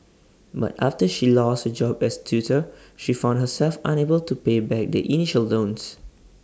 but after she lost her job as tutor she found herself unable to pay back the initial loans